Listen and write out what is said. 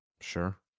sure